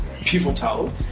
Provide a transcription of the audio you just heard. pivotal